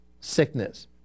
sickness